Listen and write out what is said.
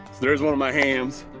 there's one in my hands.